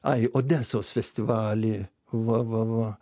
ai odesos festivaly va va va